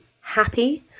happy